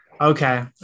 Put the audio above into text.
Okay